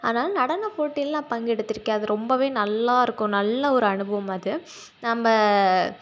அதனால நடனப் போட்டியில் தான் பங்கெடுத்துருக்கேன் அது ரொம்பவே நல்லாயிருக்கும் நல்ல ஒரு அனுபவம் அது நம்ப